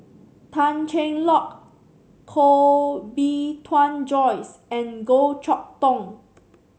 Tan Cheng Lock Koh Bee Tuan Joyce and Goh Chok Tong